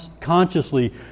consciously